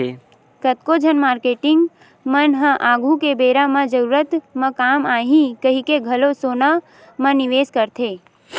कतको झन मारकेटिंग मन ह आघु के बेरा म जरूरत म काम आही कहिके घलो सोना म निवेस करथे